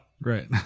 right